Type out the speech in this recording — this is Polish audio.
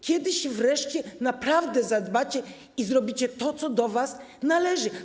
Kiedy wreszcie naprawdę o to zadbacie i zrobicie to, co do was należy?